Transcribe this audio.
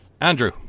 Andrew